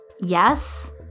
Yes